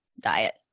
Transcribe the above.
diet